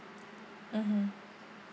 mmhmm